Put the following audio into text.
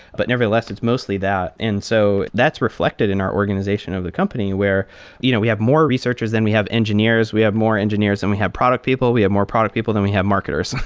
but nevertheless, it's mostly that. and so that's reflected in our organization of the company, where you know we have more researchers than we have engineers. we have more engineers than we have product people. we have more product people than we have marketers.